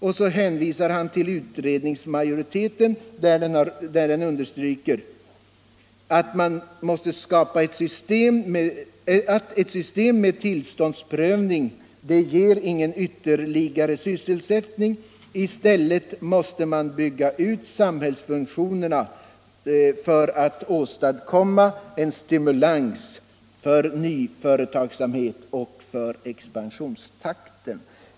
Och så hänvisar han till att utredningsmajoriteten understryker att ett system med tillståndsprövning inte ger ytterligare sysselsättning. I stället för att bygga ut samhällsfunktionerna bör en förstärkning ske på områden som kan verka stimulerande på nyföretagsamhet och expansionstakt.